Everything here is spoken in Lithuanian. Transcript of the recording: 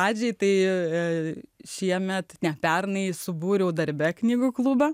pradžiai tai šiemet ne pernai subūriau darbe knygų klubą